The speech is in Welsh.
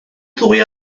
ddwy